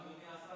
אדוני השר,